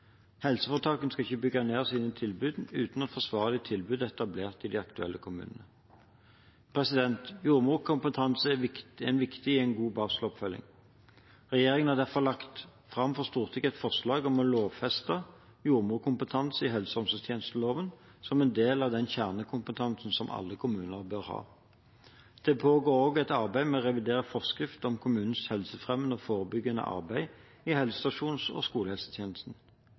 Helseforetakene skal ikke bygge ned sine tilbud uten at forsvarlige tilbud er etablert i de aktuelle kommunene. Jordmorkompetanse er viktig i en god barseloppfølging. Regjeringen har derfor lagt fram for Stortinget et forslag om å lovfeste jordmorkompetanse i helse- og omsorgstjenesteloven som en del av den kjernekompetansen som alle kommuner bør ha. Det pågår også et arbeid med å revidere forskriften om kommunens helsefremmende og forebyggende arbeid i helsestasjons- og skolehelsetjenesten.